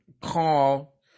call